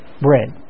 bread